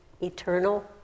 eternal